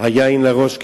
היין לראש,